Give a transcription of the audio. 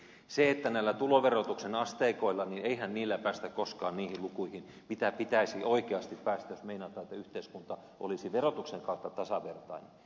eihän näillä tuloverotuksen asteikoilla päästä koskaan niihin lukuihin mihin pitäisi oikeasti päästä jos meinataan että yhteiskunta olisi verotuksen kautta tasavertainen